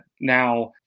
now